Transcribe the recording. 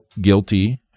guilty